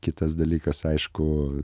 kitas dalykas aišku